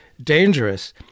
dangerous